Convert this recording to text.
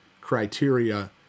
criteria